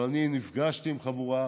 אבל אני נפגשתי עם חבורה,